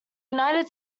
united